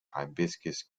hibiscus